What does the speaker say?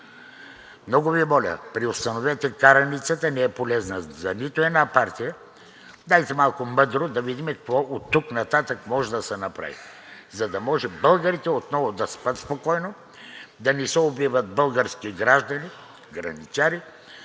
Много Ви моля – преустановете караницата, не е полезна за нито една партия. Дайте малко мъдро да видим какво оттук нататък може да се направи, за да може българите отново да спят спокойно, да не се убиват български граждани – граничари.